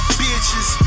bitches